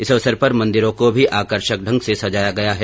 इस अवसर पर मन्दिरो को भी आकर्षक ढंग से सजाया गया है